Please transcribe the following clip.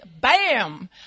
bam